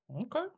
okay